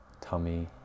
tummy